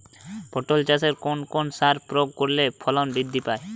পটল চাষে কোন কোন সার প্রয়োগ করলে ফলন বৃদ্ধি পায়?